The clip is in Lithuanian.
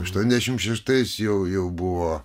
aštuoniasdešimt šeštais jau jau buvo